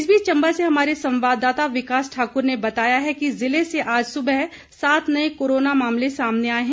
इसी बीच चम्बा से हमारे संवााददाता विकास ठाकुर ने बताया है कि जिले से आज सुबह सात नए कोरोना मामले सामने आए हैं